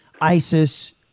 ISIS